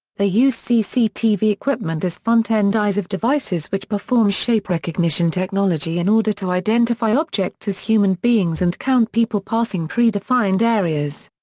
they use cctv equipment as front end eyes of devices which perform shape recognition technology in order to identify objects as human beings and count people passing pre-defined areas.